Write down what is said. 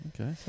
Okay